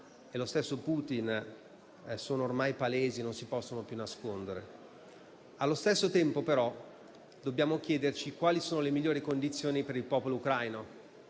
e lo stesso Putin sono ormai palesi e non si possono più nascondere. Allo stesso tempo, però, dobbiamo chiederci quali sono le migliori condizioni per il popolo ucraino.